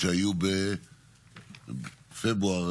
בבקשה,